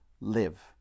live